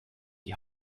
die